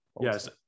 Yes